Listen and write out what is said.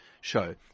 show